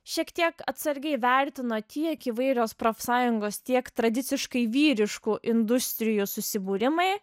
šiek tiek atsargiai vertino tiek įvairios profsąjungos tiek tradiciškai vyriškų industrijų susibūrimai